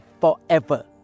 forever